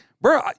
bro